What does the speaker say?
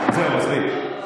זהו, מספיק.